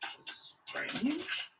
strange